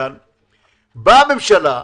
באה הממשלה ואומרת: